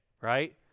right